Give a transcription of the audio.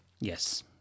Yes